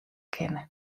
kinne